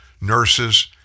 nurses